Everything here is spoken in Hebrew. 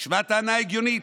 נשמעת טענה הגיונית.